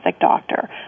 doctor